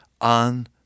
on